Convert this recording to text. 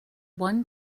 one